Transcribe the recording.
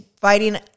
fighting